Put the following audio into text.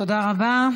תודה רבה.